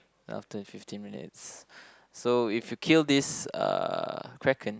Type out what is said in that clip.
after fifteen minutes so if you kill this uh Kraken